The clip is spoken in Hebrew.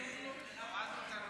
התשע"ח 2018,